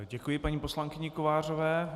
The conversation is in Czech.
Děkuji paní poslankyni Kovářové.